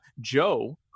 Joe